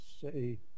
say